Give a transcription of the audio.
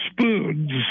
spoons